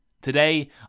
Today